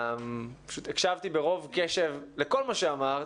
הקשבתי ברוב קשב לכל מה שאמרת,